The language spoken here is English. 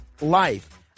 life